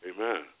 Amen